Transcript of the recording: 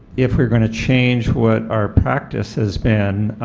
if we are going to change what our practice has been,